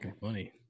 funny